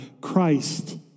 Christ